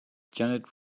janet